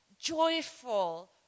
joyful